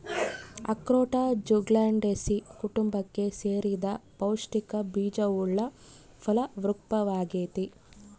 ಅಖ್ರೋಟ ಜ್ಯುಗ್ಲಂಡೇಸೀ ಕುಟುಂಬಕ್ಕೆ ಸೇರಿದ ಪೌಷ್ಟಿಕ ಬೀಜವುಳ್ಳ ಫಲ ವೃಕ್ಪವಾಗೈತಿ